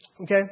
Okay